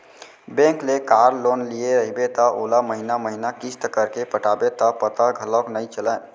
bank ले कार loan लिये रइबे त ओला महिना महिना किस्त करके पटाबे त पता घलौक नइ चलय